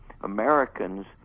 Americans